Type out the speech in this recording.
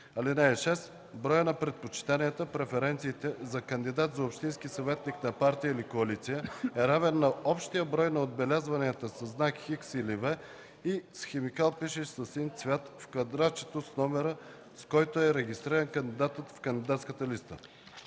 „в”. (6) Броят на предпочитанията (преференциите) за кандидат за общински съветник на партия или коалиция, е равен на общия брой на отбелязванията със знак „Х” или „V” и с химикал, пишещ със син цвят, в квадратчето с номера, с който е регистриран кандидатът в кандидатската листа.”